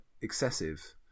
excessive